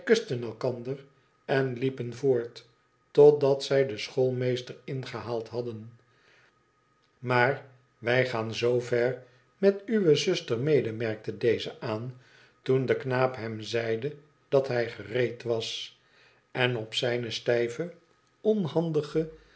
kusten elkander en liepen voort totdat zij den schoolmeester ingehaald hadden maar wij gaan zoo ver met uwe zuster mede merkte déze aan toen de knaap hem zeide dat hij gereed was en op zijne stijve onhandige